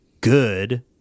good